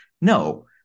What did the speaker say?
no